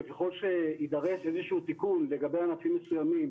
וככל שיידרש איזה שהוא תיקון לגבי ענפים מסוימים